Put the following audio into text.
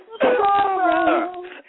tomorrow